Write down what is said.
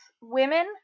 women